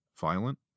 violent